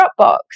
Dropbox